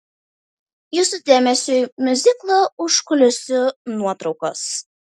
jūsų dėmesiui miuziklo užkulisių nuotraukos